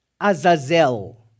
Azazel